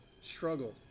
struggle